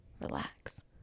Relax